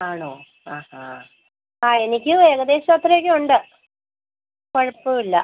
ആണോ ആ ആ ആ എനിക്ക് ഏകദേശം അത്രെയൊക്കെ ഉണ്ട് കുഴപ്പം ഇല്ല